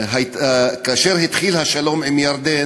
כאשר התחיל השלום עם ירדן,